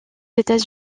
états